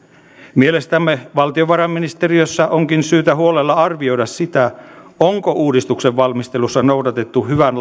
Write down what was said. mielestämme valtiovarainministeriössä onkin syytä huolella arvioida sitä onko uudistuksen valmistelussa noudatettu hyvän